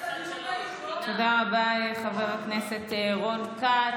תודה רבה, חבר הכנסת רון כץ.